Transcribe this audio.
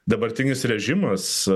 dabartinis režimas